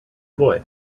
boy